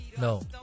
No